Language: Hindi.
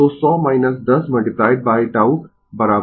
तो 100 10 53